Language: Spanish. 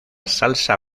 salsa